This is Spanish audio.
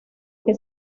que